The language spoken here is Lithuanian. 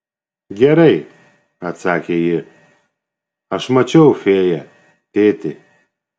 gerai atsakė ji aš mačiau fėją tėti